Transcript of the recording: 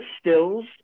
stills